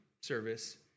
service